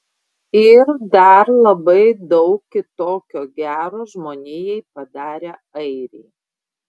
ir dar labai daug kitokio gero žmonijai padarę airiai